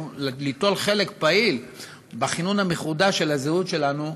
ליטול חלק פעיל בכינון המחודש של הזהות שלנו,